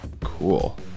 Cool